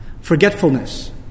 forgetfulness